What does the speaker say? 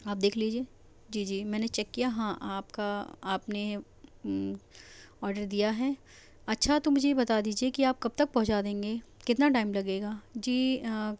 آپ دیکھ لیجیے جی جی میں نے چیک کیا ہاں آپ کا آپ نے آڈر دیا ہے اچھا تو مجھے یہ بتا دیجیے کہ آپ کب تک پہنچا دیں گے کتنا ٹائم لگے گا جی